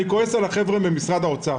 אני כועס על החבר'ה ממשרד האוצר.